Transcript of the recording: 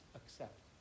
accept